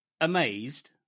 amazed